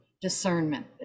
discernment